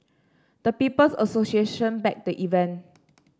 the People's Association backed the event